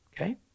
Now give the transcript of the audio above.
Okay